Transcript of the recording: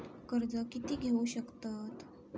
कर्ज कीती घेऊ शकतत?